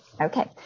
Okay